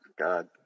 god